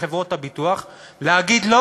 לחברות הביטוח להגיד לו: